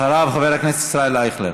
אחריו, חבר הכנסת ישראל אייכלר.